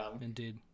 Indeed